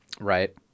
Right